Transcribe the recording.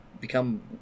become